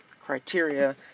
criteria